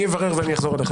אני אברר ואני אחזור אליך.